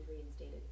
reinstated